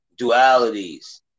dualities